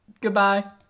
Goodbye